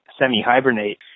semi-hibernate